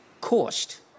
cost